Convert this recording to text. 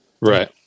right